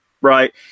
right